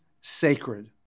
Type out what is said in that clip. sacred